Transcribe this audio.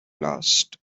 last